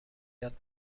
یاد